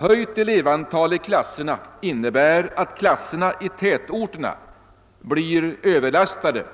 Höjt elevantal i klasserna innebär att klasserna i tätorterna blir överlastade,